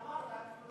אז מה שאמרת לא